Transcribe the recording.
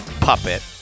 puppet